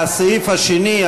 הסעיף השני,